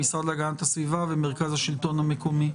המשרד להגנת הסביבה ומרכז השלטון המקומי.